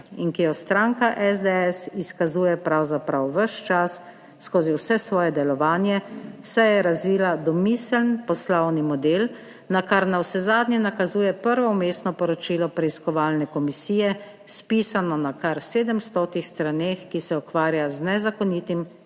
in ki jo stranka SDS izkazuje pravzaprav ves čas skozi vse svoje delovanje, saj je razvila domiseln poslovni model, na kar navsezadnje nakazuje prvo vmesno poročilo preiskovalne komisije, spisano na kar 700 straneh, ki se ukvarja z nezakonitim